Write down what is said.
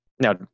Now